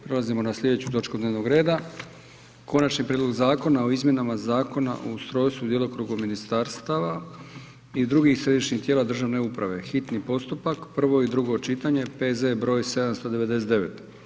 Prelazimo na slijedeću točku dnevnog reda: - Konačni prijedlog zakona o izmjenama Zakona o ustrojstvu i djelokrugu ministarstava i drugih središnjih tijela državne uprave, hitni postupak, prvo i drugo čitanje, P.Z. br. 799.